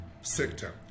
sector